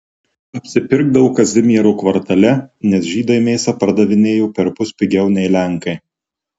apsipirkdavo kazimiero kvartale nes žydai mėsą pardavinėjo perpus pigiau nei lenkai